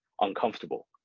uncomfortable